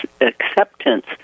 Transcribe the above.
acceptance